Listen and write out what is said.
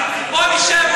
בוא נשב,